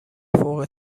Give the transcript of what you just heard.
فوق